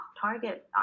target